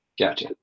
Gotcha